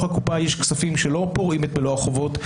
הקופה יש כספים שלא פורעים את מלוא החובות,